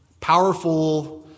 powerful